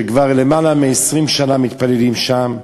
שכבר למעלה מ-20 שנה מתפללים שם.